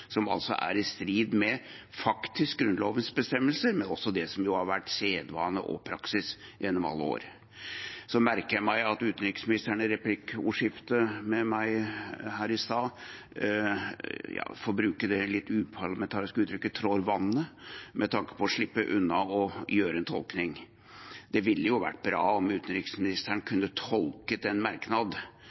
som faktisk er i strid med Grunnlovens bestemmelser, og også med det som har vært sedvane og praksis gjennom alle år. Så merker jeg meg at utenriksministeren i replikkordskiftet med meg her i stad – for å bruke et litt uparlamentarisk uttrykk – trår vannet med tanke på å slippe unna en tolkning. Det ville vært bra om utenriksministeren kunne tolket en merknad